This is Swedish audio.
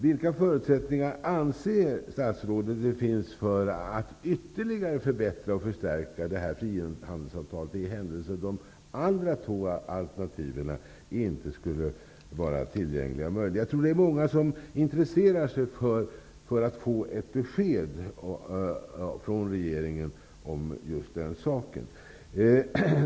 Vilka förutsättningar anser statsrådet att det finns för att ytterligare förbättra och förstärka det här frihandelsavtalet i händelse av att det andra två alternativen inte skulle vara tillgängliga? Jag tror att det är många som är intresserade av att få ett besked från regeringen om den saken.